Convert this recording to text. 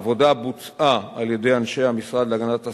העבודה בוצעה על-ידי אנשי המשרד להגנת הסביבה,